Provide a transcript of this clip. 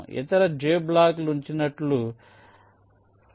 ఇతర j బ్లాక్లు ఉంచినట్లు అయితే